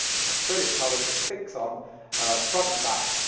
an acrylic cover that just clicks on front and back.